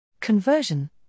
Conversion